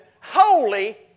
holy